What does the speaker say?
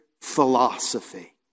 philosophy